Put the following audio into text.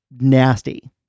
nasty